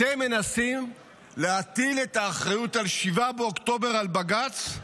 אתם מנסים להטיל את האחריות של 7 באוקטובר על בג"ץ?